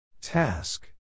Task